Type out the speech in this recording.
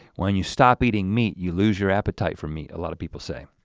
when you stop eating meat, you lose your appetite for meat, a lot of people say.